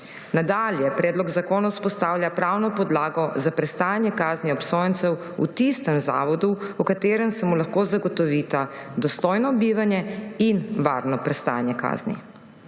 Nadalje predlog zakona vzpostavlja pravno podlago za prestajanje kazni obsojencev v tistem zavodu, v katerem se mu lahko zagotovita dostojno bivanje in varno prestajanje kazni.